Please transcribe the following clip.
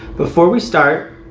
before we start,